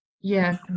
Yes